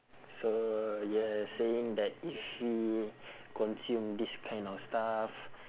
so you're saying that if we consume this kind of stuff